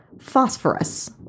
Phosphorus